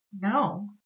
No